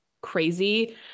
crazy